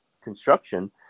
construction